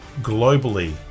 globally